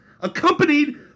accompanied